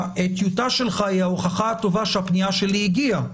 הטיוטה שלך היא ההוכחה הטובה שהפנייה שלי הגיעה.